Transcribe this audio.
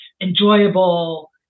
enjoyable